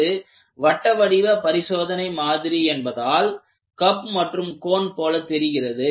இது வட்ட வடிவ பரிசோதனை மாதிரி என்பதால் கப் மற்றும் கோன் போல தெரிகிறது